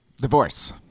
Divorce